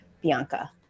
bianca